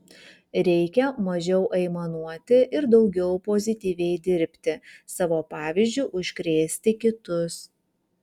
reikia mažiau aimanuoti ir daugiau pozityviai dirbti savo pavyzdžiu užkrėsti kitus